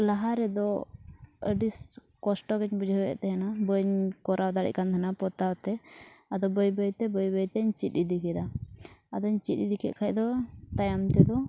ᱞᱟᱦᱟ ᱨᱮᱫᱚ ᱟᱹᱰᱤ ᱠᱚᱥᱴᱚᱜᱮᱧ ᱵᱩᱡᱷᱟᱹᱣᱮᱫ ᱛᱟᱦᱮᱱᱟ ᱵᱟᱹᱧ ᱠᱚᱨᱟᱣ ᱫᱟᱲᱮᱭᱟᱜ ᱠᱟᱱ ᱛᱟᱦᱮᱱᱟ ᱯᱚᱛᱟᱣᱛᱮ ᱟᱫᱚ ᱵᱟᱹᱭᱼᱵᱟᱹᱭᱛᱮ ᱵᱟᱹᱭᱼᱵᱟᱹᱭᱛᱮᱧ ᱪᱮᱫ ᱤᱫᱤ ᱠᱮᱫᱟ ᱟᱫᱚᱧ ᱪᱮᱫ ᱤᱫᱤᱠᱮᱫ ᱠᱷᱟᱱ ᱫᱚ ᱛᱟᱭᱚᱢ ᱛᱮᱫᱚ